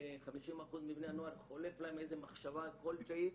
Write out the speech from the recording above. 50% מבני הנוער, חולפת להם איזו מחשבה כלשהי,